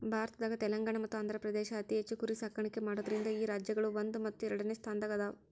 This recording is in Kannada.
ಭಾರತದ ತೆಲಂಗಾಣ ಮತ್ತ ಆಂಧ್ರಪ್ರದೇಶ ಅತಿ ಹೆಚ್ಚ್ ಕುರಿ ಸಾಕಾಣಿಕೆ ಮಾಡೋದ್ರಿಂದ ಈ ರಾಜ್ಯಗಳು ಒಂದು ಮತ್ತು ಎರಡನೆ ಸ್ಥಾನದಾಗ ಅದಾವ